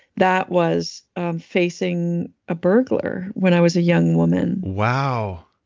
that was facing a burglar when i was a young woman. wow.